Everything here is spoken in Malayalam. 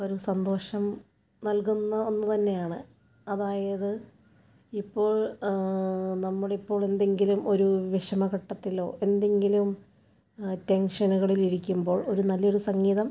ഒരു സന്തോഷം നൽകുന്ന ഒന്ന് തന്നെയാണ് അതായത് ഇപ്പോൾ നമ്മൾ ഇപ്പോൾ എന്തെങ്കിലും ഒരു വിഷമഘട്ടത്തിലോ എന്തെങ്കിലും ടെൻഷനുകളിൽ ഇരിക്കുമ്പോൾ ഒരു നല്ലൊരു സംഗീതം